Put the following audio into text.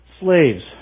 Slaves